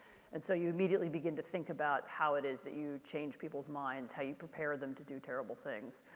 and so you immediately begin to think about how it is that you change people's minds, how you prepare them to do terrible things,